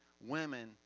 women